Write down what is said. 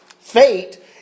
Fate